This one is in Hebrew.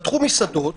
פתחו מסעדות